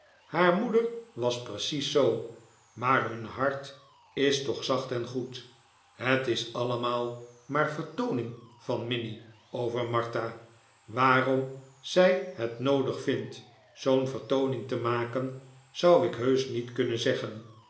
haar moeder was precies zoo maar hun hart is toch zacht en goed het is allemaal maar vertooning van minnie over martha waarom zij het noodig yindt zoo'n vertooning te maken zou ik heusch niet kunnen zeggen